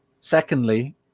Secondly